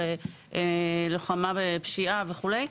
של לוחמה בפשיעה וכולי,